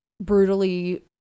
brutally